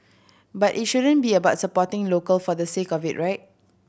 but it shouldn't be about supporting local for the sake of it right